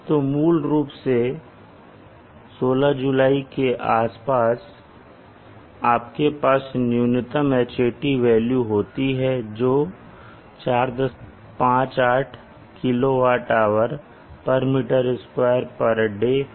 तो मूल रूप से 16 जुलाई के आसपास आपके पास न्यूनतम Hat वेल्यू होती है जो 458 kWhm2day है